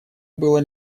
было